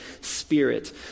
Spirit